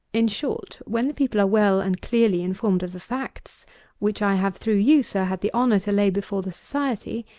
in short when the people are well and clearly informed of the facts which i have through you, sir, had the honour to lay before the society,